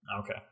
okay